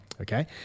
Okay